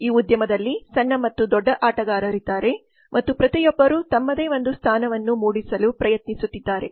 ಈ ಉದ್ಯಮದಲ್ಲಿ ಸಣ್ಣ ಮತ್ತು ದೊಡ್ಡ ಆಟಗಾರರಿದ್ದಾರೆ ಮತ್ತು ಪ್ರತಿಯೊಬ್ಬರೂ ತಮ್ಮದೇ ಒಂದು ಸ್ಥಾನವನ್ನು ಮೂಡಿಸಲು ಪ್ರಯತ್ನಿಸುತ್ತಿದ್ದಾರೆ